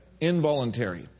Involuntary